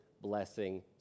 blessing